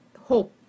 hope